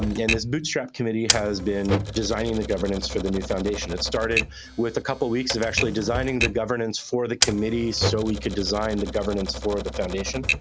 um yeah and this bootstrap committee has been designing the governance for the new foundation. it started with a couple of weeks of actually designing the governance for the committee, so we could design the governance for the foundation.